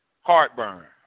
Heartburn